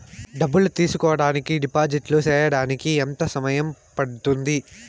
డబ్బులు తీసుకోడానికి డిపాజిట్లు సేయడానికి ఎంత సమయం పడ్తుంది